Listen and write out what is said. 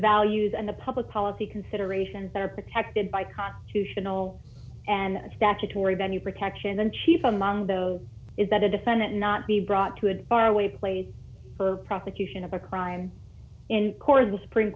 values and the public policy considerations that are protected by constitutional and statutory venue protection then chief among those is that a defendant not be brought to a far away place for prosecution of a crime in court as the supreme